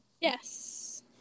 Yes